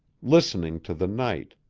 listening to the night,